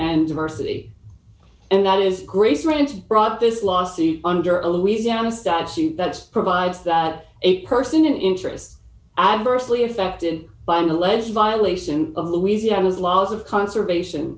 and diversity and that is graceland brought this lawsuit under a louisiana statute that provides that a person in interest adversely affected by an alleged violation of louisiana's laws of conservation